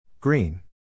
Green